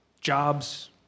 jobs